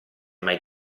mai